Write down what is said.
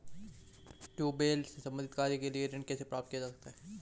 Tubewell से संबंधित कार्य के लिए ऋण कैसे प्राप्त किया जाए?